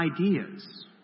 ideas